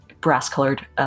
brass-colored